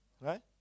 Right